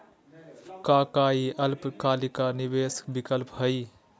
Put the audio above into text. का काई अल्पकालिक निवेस विकल्प हई?